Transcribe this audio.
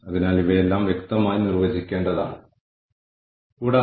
അതിനാൽ ആത്യന്തിക ലക്ഷ്യവും ആ ആത്യന്തിക ലക്ഷ്യം നേടുന്നതിനായി ഉണ്ടാക്കുന്ന പദ്ധതികളും